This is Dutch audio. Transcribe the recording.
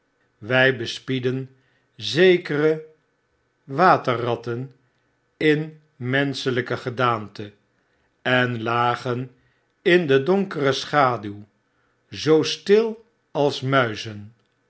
wy bespiedden zekere watterratten in menschelyke gedaante en lagen in de donkere schaduw zoo stil als muizen